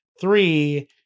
three